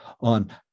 on